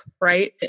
right